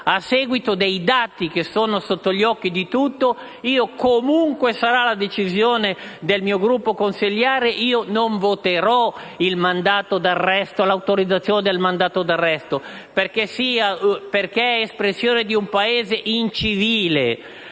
a seguito dei dati che sono sotto gli occhi di tutti, qualunque sarà la decisione del mio Gruppo, io non voterò a favore dell'autorizzazione del mandato d'arresto perché è espressione di un Paese incivile